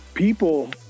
People